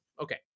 Okay